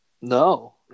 No